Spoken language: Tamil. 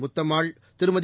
முத்தம்மாள் திருமதி